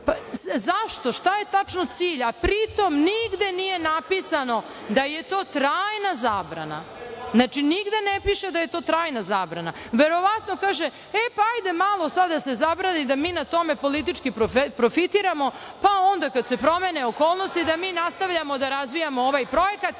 Zašto? Šta je tačno cilj? Pritom, nigde nije napisano da je to trajna zabrana. Znači, nigde ne piše da je to trajna zabrana. Verovatno, kaže - e, pa, hajde malo sad da se zabrani, da mi na tome politički profitiramo, pa onda kada se promene okolnosti da mi nastavljamo da razvijamo ovaj projekat,